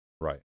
right